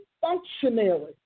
functionary